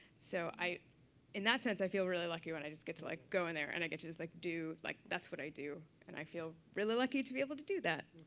so in that sense, i feel really lucky when i just get to like go in there and i get to just like do like, that's what i do. and i feel really lucky to be able to do that.